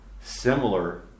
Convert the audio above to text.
similar